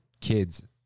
kids